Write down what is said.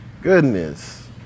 Goodness